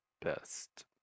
best